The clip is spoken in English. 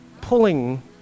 pulling